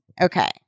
Okay